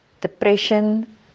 depression